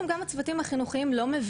שאני רוצה שיסחטו אותי.